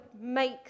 make